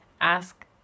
ask